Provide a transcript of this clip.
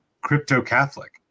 crypto-Catholic